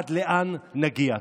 עד לאן נגיע?